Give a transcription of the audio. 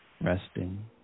resting